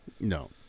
No